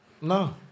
No